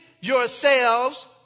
yourselves